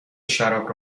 شراب